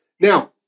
Now